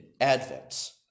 Advent